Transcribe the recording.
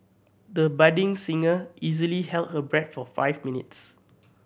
the budding singer easily held her breath for five minutes